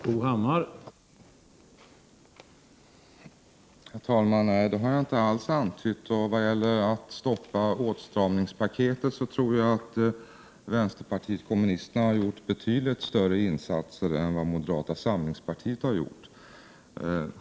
Herr talman! Nej, det har jag inte alls antytt. Vad gäller att stoppa åtstramningspaketet tror jag att vänsterpartiet kommunisterna har gjort betydligt större insatser än vad moderata samlingspartiet har gjort.